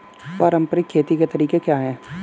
पारंपरिक खेती के तरीके क्या हैं?